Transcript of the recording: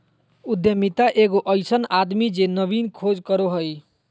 उद्यमिता एगो अइसन आदमी जे नवीन खोज करो हइ